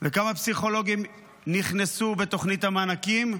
וכמה פסיכולוגים נכנסו בתוכנית המענקים?